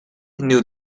knew